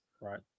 Right